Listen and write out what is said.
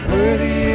Worthy